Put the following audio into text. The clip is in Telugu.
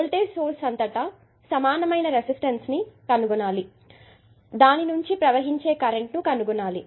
వోల్టేజ్ సోర్స్ అంతటా సమానమైన రెసిస్టెన్స్ ని కనుగొనాలి దాని నుంచి ప్రవహించే కరెంటును కనుగొనాలి